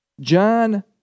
John